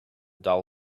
dull